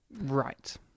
Right